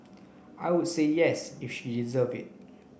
I would say yes if she deserve it